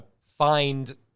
find